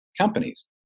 companies